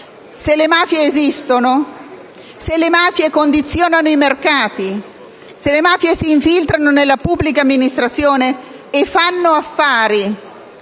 se le mafie esistono, se le mafie condizionano i mercati, se le mafie si infiltrano nella pubblica amministrazione e fanno affari